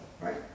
right